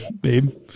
babe